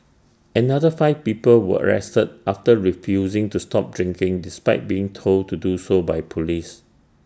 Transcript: another five people were arrested after refusing to stop drinking despite being told to do so by Police